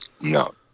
No